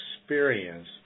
experience